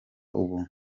ubuntu